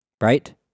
right